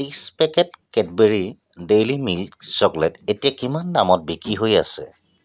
ত্ৰিছ packet Cadbury daily milk chocolate এতিয়া কিমান দামত বিক্ৰী হৈ আছে